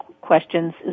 questions